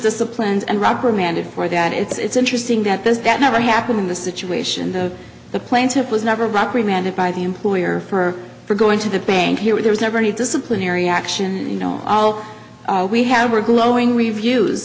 disciplined and reprimanded for that it's interesting that this that never happened in the situation the the plaintiff was never brought remanded by the employer for for going to the bank here there was never any disciplinary action and you know all we had were glowing reviews